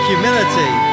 Humility